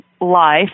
life